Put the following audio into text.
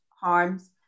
harms